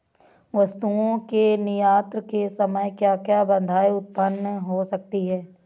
वस्तुओं के निर्यात के समय क्या क्या बाधाएं उत्पन्न हो सकती हैं?